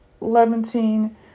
Levantine